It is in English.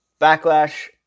backlash